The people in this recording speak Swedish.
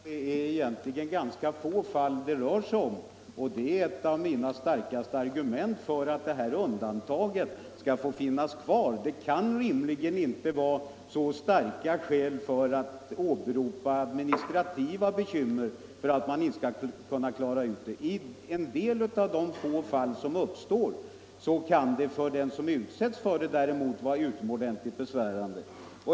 Herr talman! Jag har redan sagt att det egentligen rör sig om ganska få fall, och det är ett av mina starkaste argument för att undantaget skall få finnas kvar. Administrativa bekymmer kan rimligen inte vara några vägande skäl för att man inte skall kunna klara ut saken. En del av de få fall som uppstår kan däremot vara utomordenligt besvärande för den som utsätts för detta.